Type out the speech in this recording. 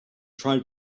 tried